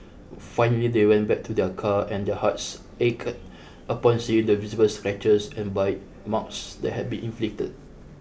finally they went back to their car and their hearts ached upon seeing the visible scratches and bite marks that had been inflicted